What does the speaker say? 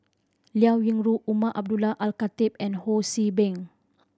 Liao Yingru Umar Abdullah Al Khatib and Ho See Beng